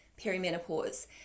perimenopause